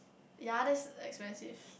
ya that's expensive